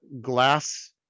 glass